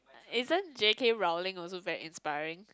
isn't J_K-Rowling also very inspiring